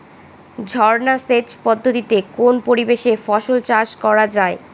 ঝর্না সেচ পদ্ধতিতে কোন পরিবেশে ফসল চাষ করা যায়?